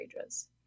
ages